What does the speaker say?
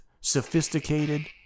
sophisticated